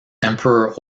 emperor